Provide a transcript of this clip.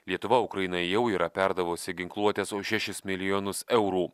lietuva ukrainai jau yra perdavusi ginkluotės už šešis milijonus eurų